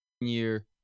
year